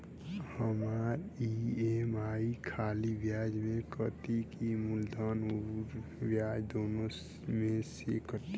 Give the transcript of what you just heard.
हमार ई.एम.आई खाली ब्याज में कती की मूलधन अउर ब्याज दोनों में से कटी?